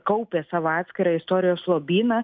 kaupė savo atskirą istorijos lobyną